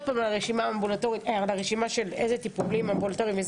פעם על הרשימה של איזה טיפולים אמבולטוריים,